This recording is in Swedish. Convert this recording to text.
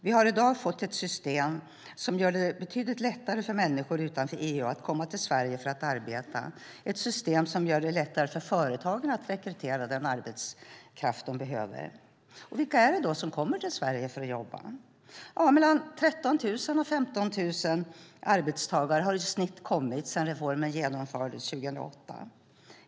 Vi har i dag fått ett system som gör det betydligt lättare för människor utanför EU att komma till Sverige för att arbeta och för företagen att rekrytera den arbetskraft de behöver. Vilka är det då som kommer till Sverige för att jobba? I snitt har mellan 13 000 och 15 000 arbetstagare kommit sedan reformen genomfördes 2008.